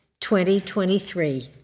2023